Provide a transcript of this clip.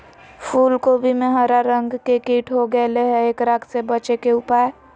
फूल कोबी में हरा रंग के कीट हो गेलै हैं, एकरा से बचे के उपाय?